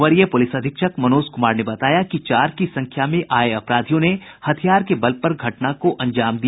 वरीय पुलिस अधीक्षक मनोज कुमार ने बताया कि चार की संख्या में आय अपराधियों ने हथियार के बल पर घटना को अंजाम दिया